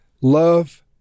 love